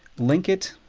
link it.